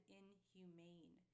inhumane